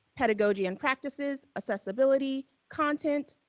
pedagogy and practices, accessibility, content,